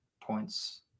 points